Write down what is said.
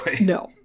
No